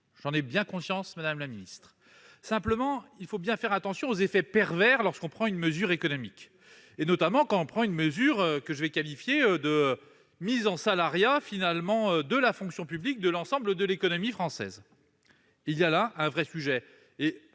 j'en ai bien conscience. Simplement, il faut bien faire attention aux effets pervers quand on prend une mesure économique, notamment quand on prend une mesure que je qualifie volontiers de mise en salariat de la fonction publique de l'ensemble de l'économie française. Il y a là un vrai sujet.